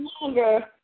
longer